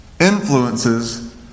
influences